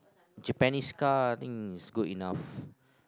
Japanese car I think is good enough